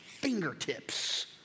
fingertips